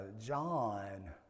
John